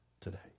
today